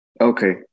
Okay